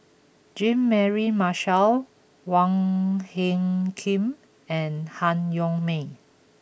Jean Mary Marshall Wong Hung Khim and Han Yong May